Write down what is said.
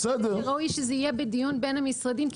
וראוי שזה יהיה בדיון בין המשרדים,